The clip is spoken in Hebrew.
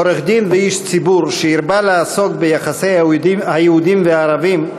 עורך-דין ואיש ציבור שהרבה לעסוק ביחסי היהודים והערבים,